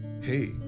Hey